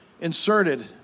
inserted